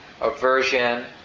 aversion